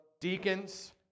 deacons